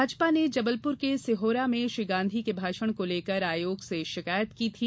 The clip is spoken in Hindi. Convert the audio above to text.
भाजपा ने जबलपुर के सीहोरा में श्री गांधी के भाषण को लेकर आयोग से शिकायत की थी